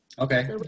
Okay